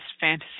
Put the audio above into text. fantasy